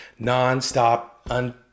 nonstop